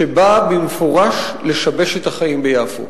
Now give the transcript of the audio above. שבאה במפורש לשבש את החיים ביפו,